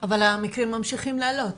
אבל המקרים ממשיכים לעלות.